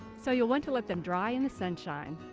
so you'll want to let them dry in the sunshine.